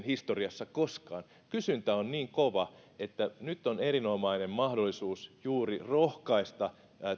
historiassa koskaan kysyntä on niin kova että nyt on erinomainen mahdollisuus juuri rohkaista